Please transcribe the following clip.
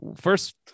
first